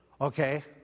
Okay